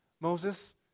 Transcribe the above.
Moses